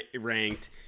ranked